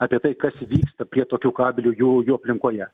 apie tai kas vyksta prie tokių kabelių jų jų aplinkoje